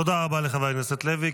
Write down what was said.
תודה רבה לחבר הכנסת לוי.